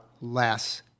less